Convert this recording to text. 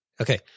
Okay